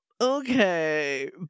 Okay